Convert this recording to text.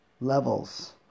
levels